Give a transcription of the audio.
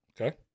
Okay